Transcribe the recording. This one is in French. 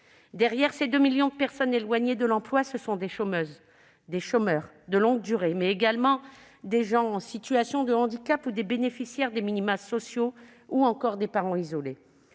! Ces 2 millions de personnes éloignées de l'emploi, ce sont des chômeuses et des chômeurs de longue durée, mais également des gens en situation de handicap, des bénéficiaires des minimas sociaux ou encore des parents isolés.